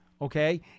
okay